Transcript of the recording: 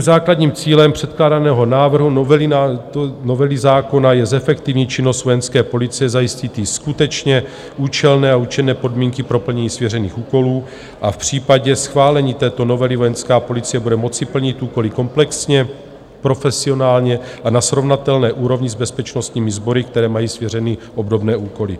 Základním cílem předkládaného návrhu novely zákona je zefektivnit činnost Vojenské policie, zajistit jí skutečně účelné a účinné podmínky pro plnění svěřených úkolů a v případě schválení této novely Vojenská policie bude moci plnit úkoly komplexně, profesionálně a na srovnatelné úrovni s bezpečnostními sbory, které mají svěřeny obdobné úkoly.